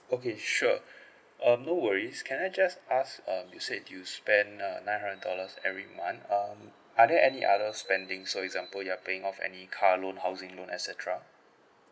okay sure um no worries can I just ask um you said you spend uh nine hundred dollars every month um are there any other spending so example you are paying off any car loan housing loan et cetera